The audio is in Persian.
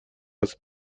است